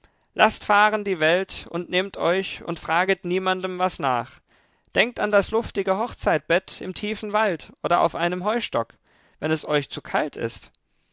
laßt fahren die welt und nehmet euch und fraget niemandem was nach denkt an das luftige hochzeitbett im tiefen wald oder auf einem heustock wenn es euch zu kalt ist